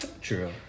True